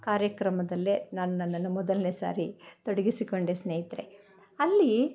ಕಾರ್ಯಕ್ರಮದಲ್ಲೇ ನಾನು ನನ್ನನ್ನು ಮೊದಲನೇ ಸಾರಿ ತೊಡಗಿಸಿಕೊಂಡೆ ಸ್ನೇಹಿತರೆ ಅಲ್ಲಿ